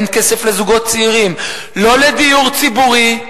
אין כסף לזוגות צעירים, לא לדיור ציבורי.